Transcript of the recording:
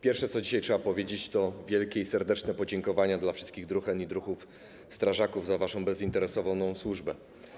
Pierwsze, co dzisiaj trzeba powiedzieć: wielkie i serdeczne podziękowania dla wszystkich druhen i druhów strażaków za ich bezinteresowną służbę.